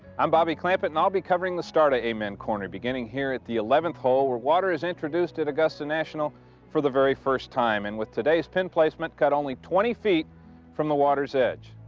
i'm bobby clampett and i'll be covering the start at amen corner beginning here at the eleventh hole where water is introduced at augusta national for the very first time in with today's pin placement got only twenty feet from the water's edge.